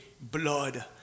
blood